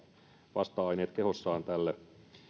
vasta aineet kehossaan tälle